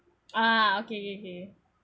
ah okay okay okay okay okay